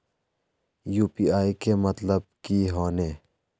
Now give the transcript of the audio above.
UPI के मतलब की होने?